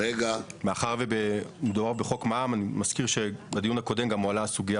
מאחר שמדובר בחוק מע"מ אני מזכיר שבדיון הקודם הועלתה הסוגיה